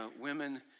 women